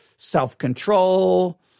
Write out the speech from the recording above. Self-control